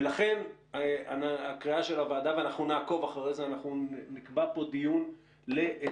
לכן הקריאה של הוועדה - ואנחנו נעקוב אחרי זה ואנחנו נקבע כאן דיון המשך